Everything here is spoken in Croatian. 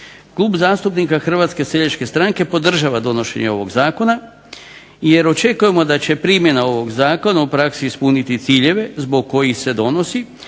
Klub zastupnika HSS-a podržava donošenje ovog zakona jer očekujemo da će primjena ovog zakona u praksi ispuniti ciljeve zbog kojih se donosi,a